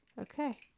Okay